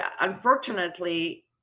unfortunately